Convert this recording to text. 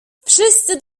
wszyscy